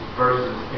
versus